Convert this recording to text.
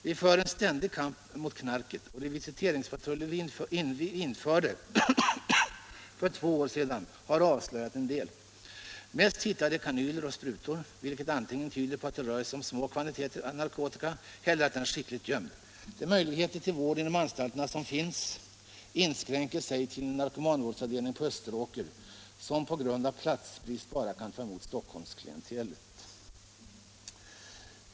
Vi för en ständig kamp mot knarket, och de visiteringspatruller vi införde för två år sedan har avslöjat en del. Mest hittar de kanyler och sprutor, vilket antingen tyder på att det rör sig om små kvantiteter narkotika eller att den är skickligt gömd. De möjligheter till vård inom anstalterna som finns inskränker sig till en narkomanvårdsavdelning på Österåker, som på grund av platsbrist bara kan ta emot stockholmsklientelet.